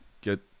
Get